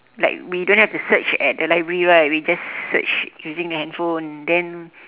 like we don't have to search at the library right we just search using handphone then